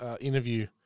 interview